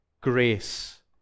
grace